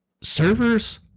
servers—